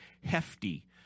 hefty